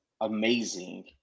amazing